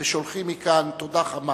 ושולחים מכאן תודה חמה